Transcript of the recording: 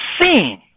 seen